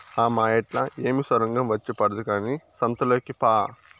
ఆ మాయేట్లా ఏమి సొరంగం వచ్చి పడదు కానీ సంతలోకి పా